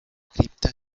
cripta